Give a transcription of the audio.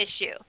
issue